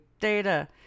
data